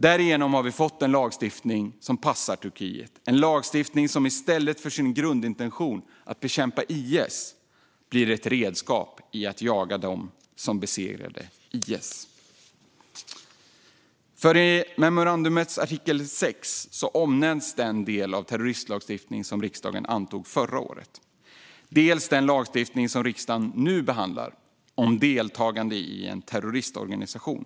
Sverige har fått en lagstiftning som passar Turkiet, en lagstiftning som i stället för sin grundintention att bekämpa IS blir ett redskap för att jaga dem som besegrade IS. I memorandumets artikel 6 omnämns dels den terroristlagstiftning som antogs av riksdagen förra året, dels den lagstiftning som riksdagen nu behandlar om deltagande i en terroristorganisation.